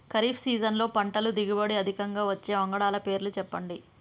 ఖరీఫ్ సీజన్లో పంటల దిగుబడి అధికంగా వచ్చే వంగడాల పేర్లు చెప్పండి?